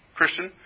Christian